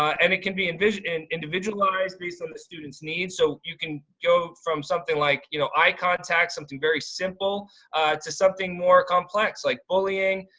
and it can be and individualized based on the student's needs, so you can go from something like, you know eye contact, something very simple to something more complex like bullying,